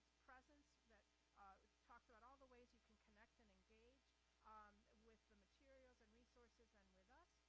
presence that talks about all the ways you can connect and engage um with the materials and resources and with us.